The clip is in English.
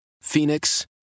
Phoenix